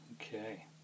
Okay